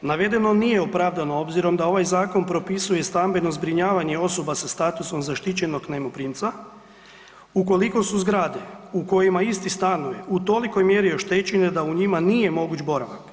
Navedeno nije opravdano obzirom da ovaj zakon propisuje stambeno zbrinjavanje osoba sa statusom zaštićenog najmoprimca ukoliko su zgrade u kojima isti stanuje u tolikoj mjeri oštećene da u njima nije moguć boravak.